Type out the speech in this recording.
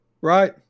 Right